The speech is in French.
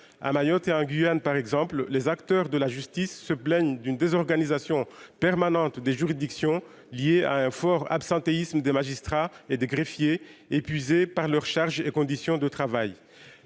à Mayotte et en Guyane par exemple, les acteurs de la justice se plaignent d'une désorganisation permanente des juridictions liée à un fort absentéisme des magistrats et des greffiers, épuisés par leurs charges et conditions de travail,